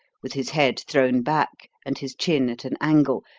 with his head thrown back and his chin at an angle,